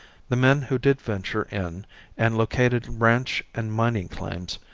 the men who did venture in and located ranch and mining claims,